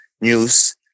news